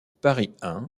paris